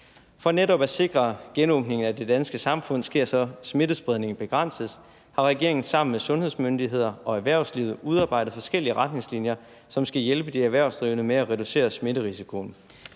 For netop at sikre, at genåbningen af det danske samfund sker, så smittespredningen begrænses, har regeringen sammen med sundhedsmyndighederne og erhvervslivet udarbejdet forskellige retningslinjer, som skal hjælpe de erhvervsdrivende med at reducere smitterisikoen.